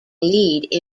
lead